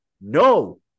No